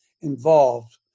involved